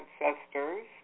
ancestors